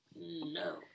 No